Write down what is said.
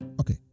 Okay